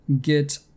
get